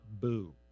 boo